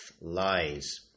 lies